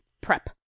prep